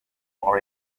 for